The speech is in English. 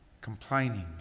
Complaining